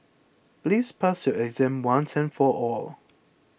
please pass your exam once and for all